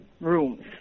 rooms